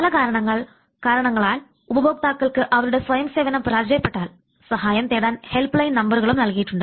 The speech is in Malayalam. പല കാരണങ്ങളാൽ ഉപഭോക്താക്കൾക്ക് അവരുടെ സ്വയം സേവനം പരാജയപ്പെട്ടാൽ സഹായം തേടാൻ ഹെൽപ്പ്ലൈൻ നമ്പറുകളും നൽകിയിട്ടുണ്ട്